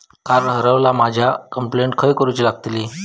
Card हरवला झाल्या complaint खय करूची लागतली?